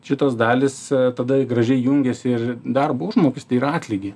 šitos dalys tada gražiai jungiasi ir į darbo užmokestį ir atlygį